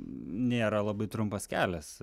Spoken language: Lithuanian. nėra labai trumpas kelias